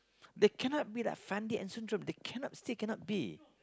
they cannot be like Fandi and Sundram they cannot still cannot be